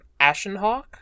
Ashenhawk